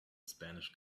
spanish